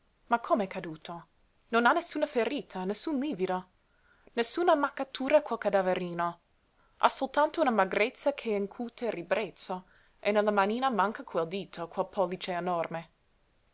ma come caduto non ha nessuna ferita nessun livido nessuna ammaccatura quel cadaverino ha soltanto una magrezza che incute ribrezzo e nella manina manca quel dito quel pollice enorme